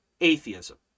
atheism